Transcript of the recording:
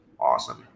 Awesome